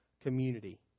community